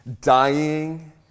dying